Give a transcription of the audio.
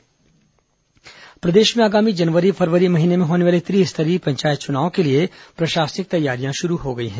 प्रशिक्षण कार्यशाला प्रदेश में आगामी जनवरी फरवरी महीने में होने वाले त्रिस्तरीय पंचायत चुनाव के लिए प्रशासनिक तैयारियां शुरू हो गई हैं